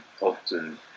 often